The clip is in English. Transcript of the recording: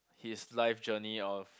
his life journey of